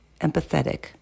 empathetic